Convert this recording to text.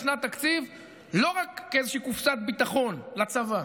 שנת תקציב לא רק כאיזושהי קופסת ביטחון לצבא.